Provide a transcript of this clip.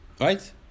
Right